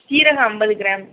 சீரகம் ஐம்பது கிராம்